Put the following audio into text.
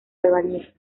albañil